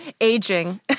aging